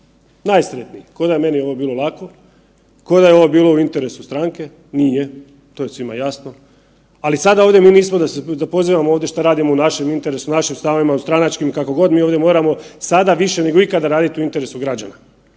najsretniji, ko da je meni ovo bilo lako, ko da je ovo bilo u interesu stranke, nije, to je svima jasno, ali sada ovdje mi nismo da pozivamo ovdje šta radimo u našem interesu, našim stavovima, u stranačkim kako god, mi ovdje moramo sada više nego ikada raditi u interesu građana.